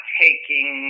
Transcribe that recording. taking